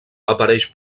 apareix